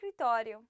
escritório